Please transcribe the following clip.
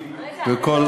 בכל,